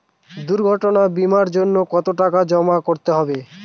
দুর্ঘটনা বিমার জন্য কত টাকা জমা করতে হবে?